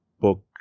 book